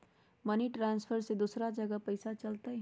Money transfer से दूसरा जगह पईसा चलतई?